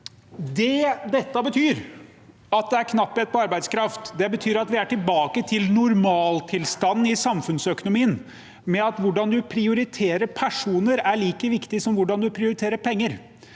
Det at det er knapphet på arbeidskraft, betyr at vi er tilbake til normaltilstanden i samfunnsøkonomien, med at hvordan man prioriterer personer er like viktig som hvordan man prioriterer penger.